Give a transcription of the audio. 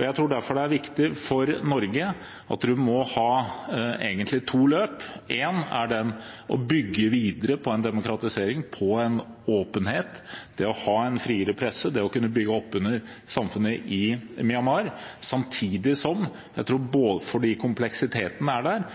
Jeg tror derfor det er viktig for Norge at man egentlig må ha to løp. Det ene er å bygge videre på en demokratisering, på en åpenhet, det å ha en friere presse, det å kunne bygge opp under samfunnet i Myanmar. Samtidig, fordi kompleksiteten er der,